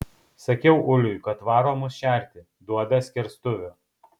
sakiau uliui kad varo mus šerti duoda skerstuvių